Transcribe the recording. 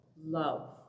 love